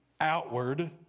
outward